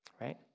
right